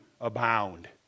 abound